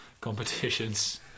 competitions